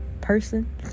person